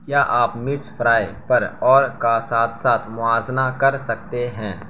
کیا آپ مرچ فرائی پر اور کا ساتھ ساتھ موازنہ کر سکتے ہیں